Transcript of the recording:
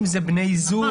אם זה בני זוג.